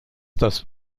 das